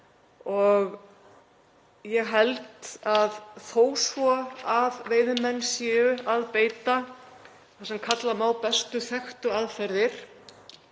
og ég held að þó svo að veiðimenn séu að beita því sem kalla má bestu þekktu aðferðir,